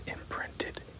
imprinted